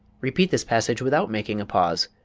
repeat this passage without making a pause.